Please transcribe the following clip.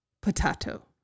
potato